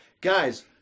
guys